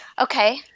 Okay